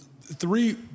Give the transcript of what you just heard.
three